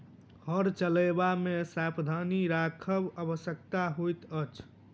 हर चलयबा मे सावधानी राखब आवश्यक होइत अछि